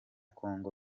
kongo